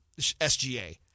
SGA